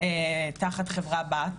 תחת אותה חברת בת,